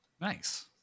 Nice